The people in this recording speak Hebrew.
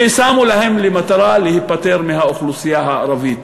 ששמו להם למטרה להיפטר מהאוכלוסייה הערבית.